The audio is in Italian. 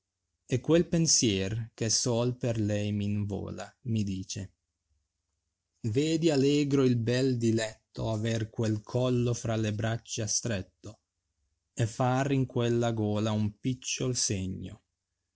disegno quel pensier che sol per lei m invola mi dice vedi allegro il bel diletto aver quel collo fra le braccia stretto far in quella gola un picciol segno